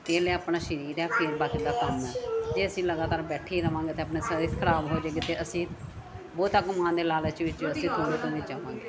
ਇਹ ਲਿਆ ਆਪਣਾ ਸਰੀਰ ਆ ਫਿਰ ਪੱਗ ਦਾ ਪਾ ਜੇ ਅਸੀਂ ਲਗਾਤਾਰ ਬੈਠੇ ਹੀ ਰਹਵਾਂਗੇ ਤੇ ਆਪਣੇ ਸਾਰੇ ਖਰਾਬ ਹੋ ਜਾ ਕਿਤੇ ਅਸੀਂ ਉਹ ਤਾਂ ਘੁੰਮਾਂ ਦੇ ਲਾਲਚ ਵਿੱਚ